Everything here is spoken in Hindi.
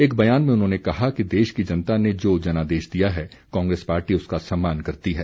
एक बयान में उन्होंने कहा कि देश की जनता ने जो जनादेश दिया है कांग्रेस पार्टी उसका सम्मान करती है